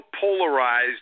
polarized